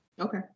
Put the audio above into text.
Okay